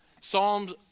Psalms